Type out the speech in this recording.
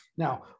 Now